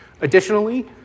Additionally